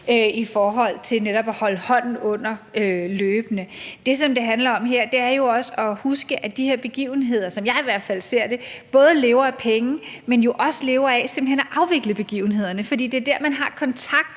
i forhold til netop at holde hånden under løbende. Det, som det handler om her, er jo også at huske, at de her begivenheder, i hvert fald som jeg ser det, både lever af penge, men jo også lever af simpelt hen at afvikle begivenhederne, fordi det er der, man har kontakten